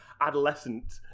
adolescent